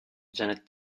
janet